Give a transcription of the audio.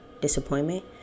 disappointment